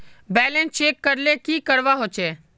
Balance check करले की करवा होचे?